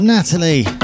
Natalie